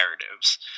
narratives